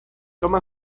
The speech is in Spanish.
toma